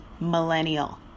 millennial